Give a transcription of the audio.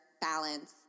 balance